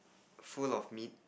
full of me